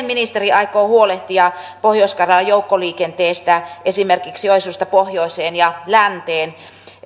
ministeri aikoo huolehtia pohjois karjalan joukkoliikenteestä esimerkiksi joensuusta pohjoiseen ja länteen